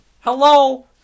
Hello